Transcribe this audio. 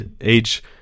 age